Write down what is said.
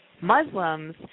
Muslims